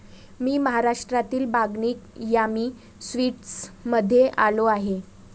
मी महाराष्ट्रातील बागनी यामी स्वीट्समध्ये आलो आहे